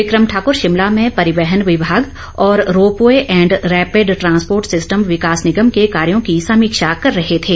become Thakur Shimla में परिवहन विभाग और ropeway and rapid transport system विकास निगम के कायोँ की समीक्षा कर रहे थें